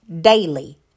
daily